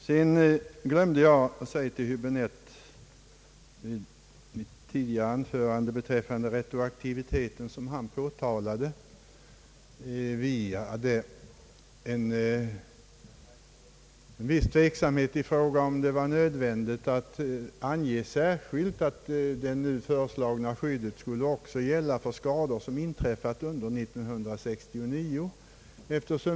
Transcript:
Jag glömde i mitt tidigare inlägg att säga till herr Häbinette beträffande retroaktiviteten, att vi hyste en viss tveksamhet om huruvida det var nödvändigt att särskilt ange att det nu föreslagna skyddet också skulle gälla för skador som inträffat under år 1969.